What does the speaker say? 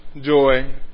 joy